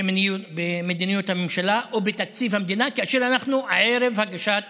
במדיניות הממשלה או בתקציב המדינה כאשר אנחנו ערב הגשת